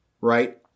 right